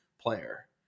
player